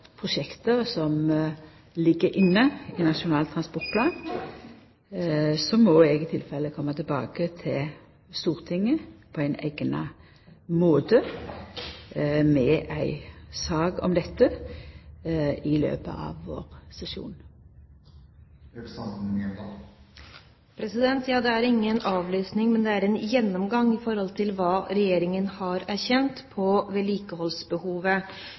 som ligg inne i Nasjonal transportplan, må eg i tilfelle koma tilbake til Stortinget på ein eigna måte med ei sak om dette i løpet av vårsesjonen. Det er ingen avlysning, men det er en gjennomgang i forhold til hva Regjeringen har erkjent om vedlikeholdsbehovet.